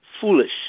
foolish